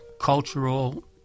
cultural